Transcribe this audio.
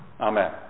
Amen